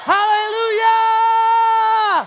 Hallelujah